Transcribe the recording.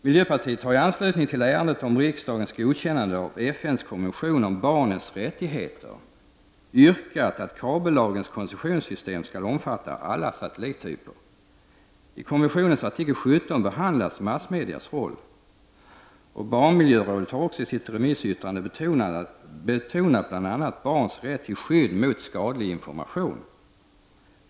Miljöpartiet har i anslutning till ärendet om riksdagens godkännande av FNs kommission om barnens rättigheter yrkat att kabellagens koncessionssystem skall omfatta alla satellittyper. I kommissionens artikel 17 behandlas mediernas roll. Barnmiljörådet har i sitt remissyttrande betonat bl.a. barnens rätt till skydd mot skadlig information.